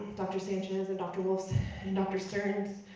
dr. sanchez and dr. wulff's and dr. stearns.